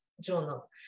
journal